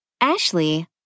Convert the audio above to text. Ashley